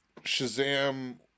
Shazam